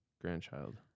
grandchild